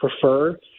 prefer